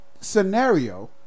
scenario